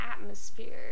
atmosphere